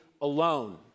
alone